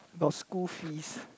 got school fee